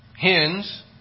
hens